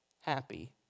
happy